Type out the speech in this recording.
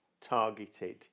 targeted